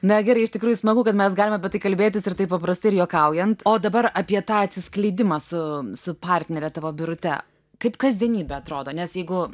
na gerai iš tikrųjų smagu kad mes galim apie tai kalbėtis ir taip paprastai ir juokaujant o dabar apie tą atsiskleidimą su su partnere tavo birute kaip kasdienybė atrodo nes jeigu